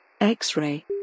X-ray